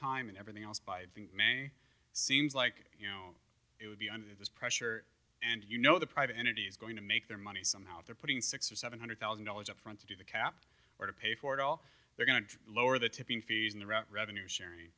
time and everything else by seems like you know it would be under this pressure and you know the private entity is going to make their money somehow if they're putting six or seven hundred thousand dollars up front to do the cap or to pay for it all they're going to lower the tipping fees on the route revenue sharing